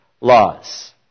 laws